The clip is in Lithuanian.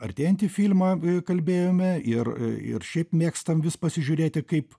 artėjantį filmą kalbėjome ir šiaip mėgstam vis pasižiūrėti kaip